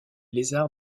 lézards